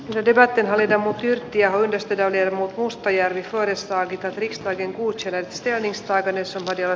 jediakatemia ja muut yrttiä hoidosta ja verhopuustojärvi korostaa että rikkaiden kuului selvästi ainesta edessämme ja